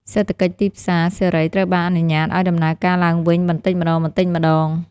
សេដ្ឋកិច្ចទីផ្សារសេរីត្រូវបានអនុញ្ញាតឱ្យដំណើរការឡើងវិញបន្តិចម្តងៗ។